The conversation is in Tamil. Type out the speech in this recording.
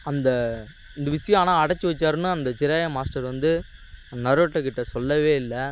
அந்த இந்த விஷயம் ஆனால் அடைச்சு வச்சாருன்னால் அந்த ஜெரையா மாஸ்டர் வந்து நருட்டோகிட்ட சொல்லவே இல்லை